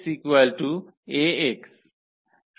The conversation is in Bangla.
সুতরাং 𝑇 Ax